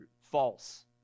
False